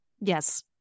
yes